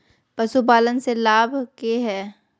पशुपालन से के लाभ हय?